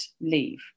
leave